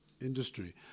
industry